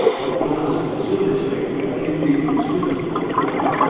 north carolina is a consumer state. we've got ten million consumers in north carolina,